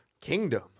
Kingdom